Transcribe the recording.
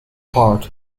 part